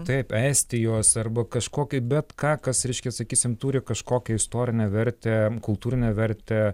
taip estijos arba kažkokį bet ką kas reiškia sakysim turi kažkokią istorinę vertę kultūrinę vertę